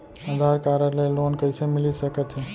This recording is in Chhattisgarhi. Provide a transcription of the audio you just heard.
आधार कारड ले लोन कइसे मिलिस सकत हे?